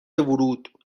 ورود